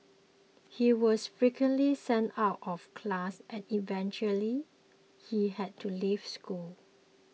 he was frequently sent out of class and eventually he had to leave school